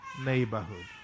neighborhood